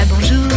bonjour